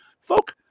Folk